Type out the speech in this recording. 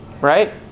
right